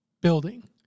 building